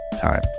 Time